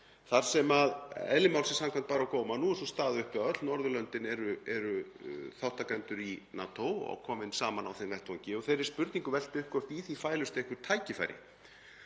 þar sem eðli málsins samkvæmt bar á góma að nú er sú staða uppi að öll Norðurlöndin eru þátttakendur í NATO og komin saman á þeim vettvangi og þeirri spurningu velt upp hvort í því fælust einhver tækifæri.